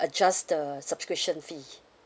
adjust the subscription fee